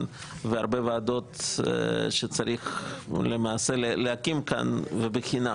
בהרבה ועדות שלמעשה צריך להקים ובחינם.